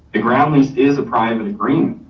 the ground lease is a private agreement.